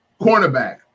cornerback